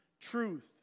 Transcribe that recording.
truth